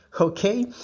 Okay